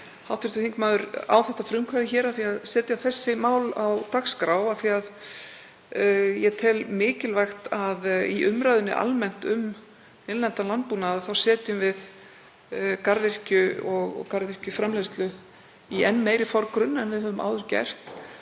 að hv. þingmaður á frumkvæðið að því hér að setja þessi mál á dagskrá af því ég tel mikilvægt að í umræðunni almennt um innlendan landbúnað þá setjum við garðyrkju og garðyrkjuframleiðslu í enn meiri forgrunn en við höfum áður gert.